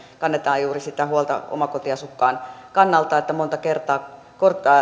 kannetaan juuri sitä huolta omakotiasukkaan kannalta että kun monta kertaa